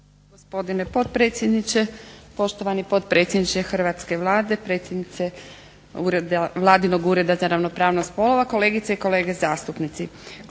gospodine potpredsjedniče, poštovani potpredsjedniče hrvatske Vlade, predsjednice vladinog Ureda za ravnopravnost spolova, kolegice i kolege zastupnici.